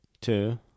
Two